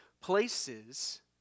places